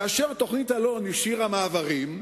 כאשר תוכנית אלון השאירה מעברים,